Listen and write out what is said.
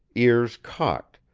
ears cocked,